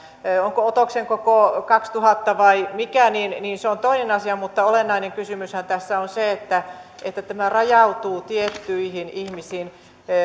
onko otoksen koko kaksituhatta vai mikä se on toinen asia mutta olennainen kysymyshän tässä on se että että tämä rajautuu tiettyihin ihmisiin